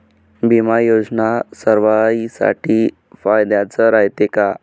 बिमा योजना सर्वाईसाठी फायद्याचं रायते का?